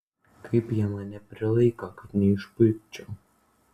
kaip jie mane prilaiko kad neišpuikčiau